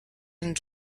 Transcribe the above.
and